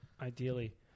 Ideally